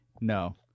no